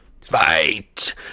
Fight